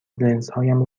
لنزهایم